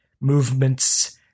movements